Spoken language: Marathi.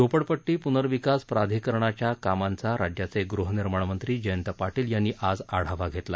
झोपडपट्टी पुनर्विकास प्राधिकरणाच्या कामांचा राज्याचे गृहनिर्माण मंत्री जयंत पाटील यांनी आज आढावा घेतला